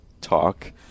talk